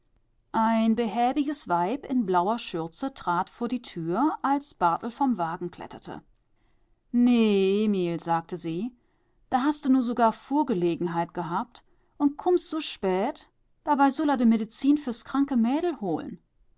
ein behäbiges weib in blauer schürze trat vor die tür als barthel vom wagen kletterte nee emil sagte sie da haste nu sugar fuhrgelegenheit gehabt und kummst su spät dabei sull a de medizin fürs kranke mädel hol'n